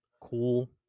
cool